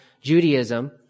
Judaism